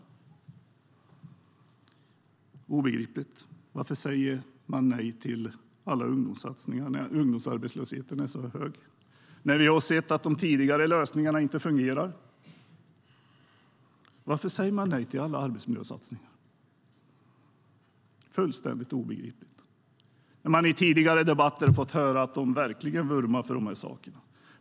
Det är obegripligt. Varför säger man nej till alla ungdomssatsningar när ungdomsarbetslösheten är så hög och när vi har sett att de tidigare lösningarna inte fungerar? Varför säger man nej till alla arbetsmiljösatsningar? Det är fullständigt obegripligt.I tidigare debatter har vi fått höra att Sverigedemokraterna verkligen vurmar för de här sakerna.